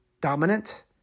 dominant